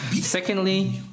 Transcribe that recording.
Secondly